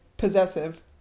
Possessive